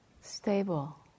stable